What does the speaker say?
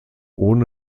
ohne